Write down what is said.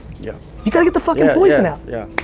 yeah. you've got to get the fucking poison out. yeah,